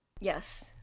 yes